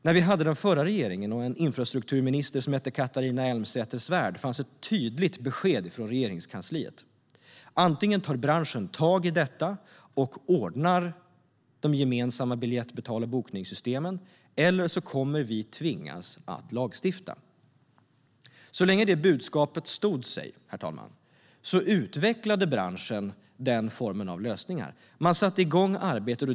När vi hade den förra regeringen och en infrastrukturminister som hette Catharina Elmsäter-Svärd fanns det ett tydligt besked från Regeringskansliet: Antingen tar branschen tag i detta och ordnar de gemensamma biljett, betalnings och bokningssystemen, eller så tvingas vi att lagstifta. Så länge det budskapet stod sig, herr talman, utvecklade branschen lösningar. Man satte igång arbetet.